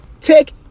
take